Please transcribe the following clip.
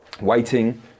Waiting